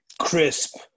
crisp